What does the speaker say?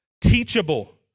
teachable